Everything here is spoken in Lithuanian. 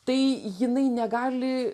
tai jinai negali